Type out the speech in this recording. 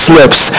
lips